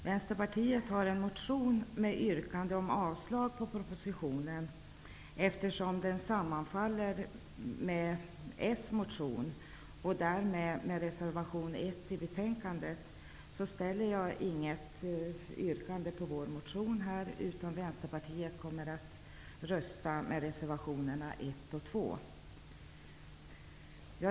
Vänsterpartiet har en motion med yrkande om avslag på propositionen. Eftersom motionen sammanfaller med en socialdemokratisk motion och därmed med reservation 1 i betänkande, ställer jag inget yrkande på vår motion. Vänsterpartiet kommer att rösta för reservation 1 och 2.